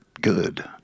good